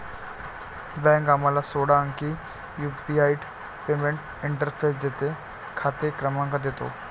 bank आम्हाला सोळा अंकी युनिफाइड पेमेंट्स इंटरफेस देते, खाते क्रमांक देतो